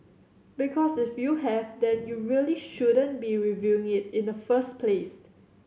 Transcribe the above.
because if you have then you really shouldn't be reviewing it in the first place